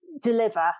deliver